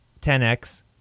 10x